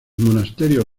monasterios